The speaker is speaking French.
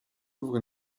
couvre